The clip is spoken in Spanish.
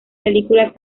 películas